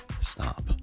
stop